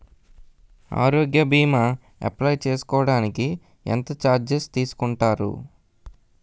ఆరోగ్య భీమా అప్లయ్ చేసుకోడానికి ఎంత చార్జెస్ తీసుకుంటారు?